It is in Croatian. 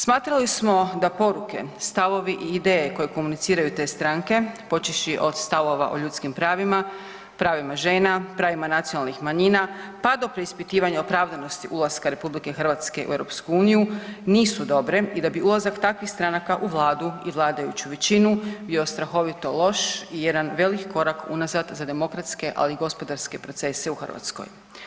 Smatrali smo da poruke, stavovi i ideje koje komuniciraju te stranke počevši od stavova o ljudskim pravima, pravima žena, pravima nacionalnih manjina, pa do preispitivanja opravdanosti ulaska RH u EU nisu dobre i da bi ulazak takvih stranaka u Vladu i vladajuću većinu bio strahovito loš i jedan veliki korak unazad za demokratske ali i gospodarske procese u Hrvatskoj.